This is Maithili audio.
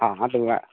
हँ हँ तऽ वएह